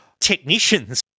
technicians